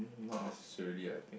not necessarily I think